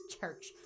church